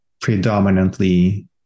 predominantly